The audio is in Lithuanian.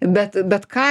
bet bet ką